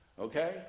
okay